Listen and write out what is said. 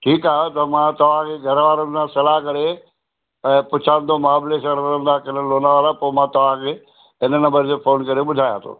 ठीकु आहे त मां तव्हांखे घर वारनि सां सलाह करे ऐं पुछां थो न मां महाबलेश्वर वञनि था की लोनावाला पोइ मां तव्हांखे हिन नम्बर ते फ़ोन करे ॿुधाया थो